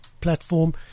platform